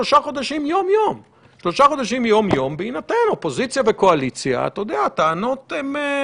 שמונה דיונים בשישה חודשים ללא מתן גמישות לוועדה זו הסדרה לא סבירה.